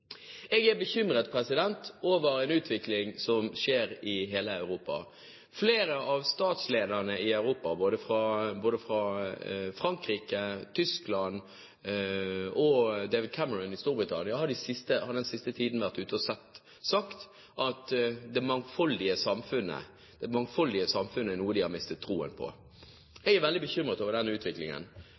Jeg er bekymret over den utviklingen som skjer over hele Europa. Flere av statslederne i Europa, både i Frankrike og Tyskland og David Cameron i Storbritannia, har den siste tiden vært ute og sagt at det mangfoldige samfunnet er noe de har mistet troen på. Jeg er veldig bekymret over den utviklingen,